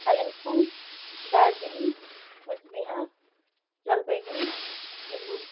Kalimpong Darjeeling Cooch Behar Jalpaiguri Birbhum